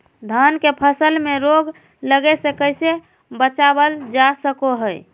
धान के फसल में रोग लगे से कैसे बचाबल जा सको हय?